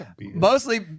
mostly